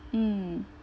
mm